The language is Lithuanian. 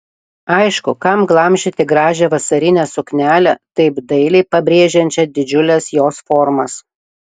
aišku kam glamžyti gražią vasarinę suknelę taip dailiai pabrėžiančią didžiules jos formas